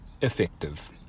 effective